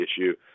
issue